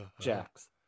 Jax